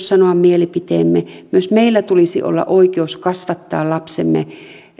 sanoa mielipiteemme myös meillä tulisi olla oikeus kasvattaa lapsemme